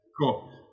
Cool